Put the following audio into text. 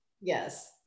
Yes